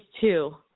two